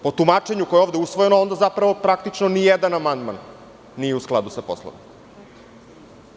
Po tumačenju koje je ovde usvojeno, onda praktično nijedan amandman nije u skladu sa Poslovnikom.